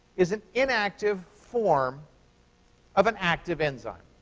is an inactive form of an active enzyme.